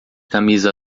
camisa